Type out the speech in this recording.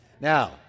Now